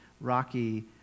rocky